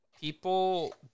people